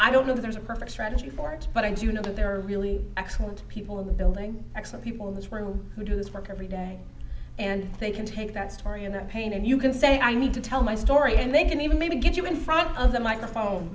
i don't know if there's a perfect strategy for it but i do know that there are really excellent people in the building next and people in this room who do this work every day and they can take that story in their pain and you can say i need to tell my story and they can even maybe get you in front of the microphone